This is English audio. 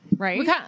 Right